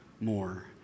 more